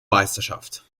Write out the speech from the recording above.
meisterschaft